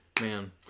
Man